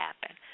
happen